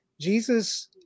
Jesus